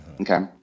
okay